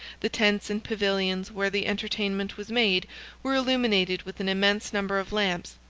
the tents and pavilions where the entertainment was made were illuminated with an immense number of lamps.